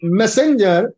messenger